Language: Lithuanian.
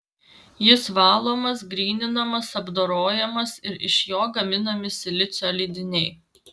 jis valomas gryninamas apdorojamas ir iš jo gaminami silicio lydiniai